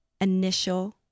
Initial